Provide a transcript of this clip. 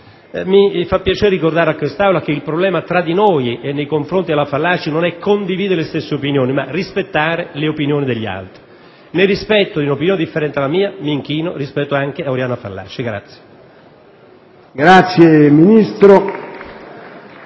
mi fa piacere ricordare a quest'Aula che il problema, tra noi e nei confronti della Fallaci, non è condividere le stesse opinioni, ma rispettare le opinioni degli altri. Nel rispetto di un'opinione differente dalla mia, mi inchino ad Oriana Fallaci.